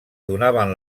donaven